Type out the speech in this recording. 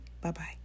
Bye-bye